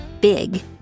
big